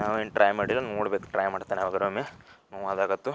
ನಾವು ಏನು ಟ್ರೈ ಮಾಡಿಲ್ಲ ನೋಡ್ಬೇಕು ಟ್ರೈ ಮಾಡ್ತಾನ ಯಾವಾಗಾರೂ ಒಮ್ಮೆ ನೋವು ಆದಾಗತ್ತು